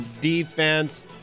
defense